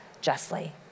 justly